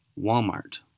Walmart